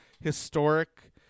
historic